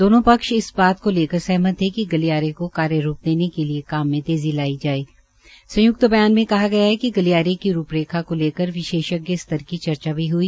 दोनों पक्ष इस बात को लेकर सहमत थे कि गलियारे को कार्य रूप देने के लिये काम मे तेजी लाए जाये संयक्त ब्यान मे कहा गया कि है गलियारे की रूप रेखा को लेकर विशेषज्ञ स्तर की चर्चा भी हई